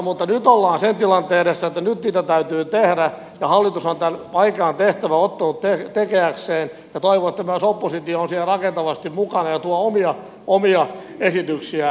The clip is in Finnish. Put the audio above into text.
mutta nyt ollaan sen tilanteen edessä että nyt niitä täytyy tehdä ja hallitus on tämän vaikean tehtävän ottanut tehdäkseen ja toivon että myös oppositio on siellä rakentavasti mukana ja tuo omia esityksiään